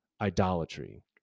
idolatry